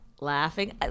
laughing